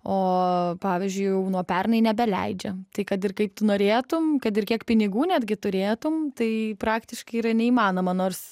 o pavyzdžiui jau nuo pernai nebeleidžia tai kad ir kaip tu norėtum kad ir kiek pinigų netgi turėtum tai praktiškai yra neįmanoma nors